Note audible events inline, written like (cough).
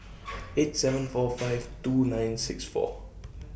(noise) eight seven four five two nine six four